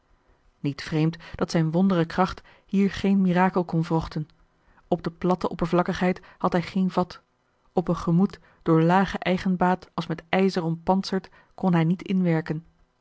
niet vreemd dat zijne wondre kracht hier geen mirakel kon wrochten op de platte oppervlakkigheid had hij geen vat op een gemoed door lage eigenbaat als met ijzer ompantserd kon hij niet inwerken